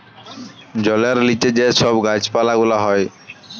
জলের লিচে যে ছব গাহাচ পালা গুলা হ্যয়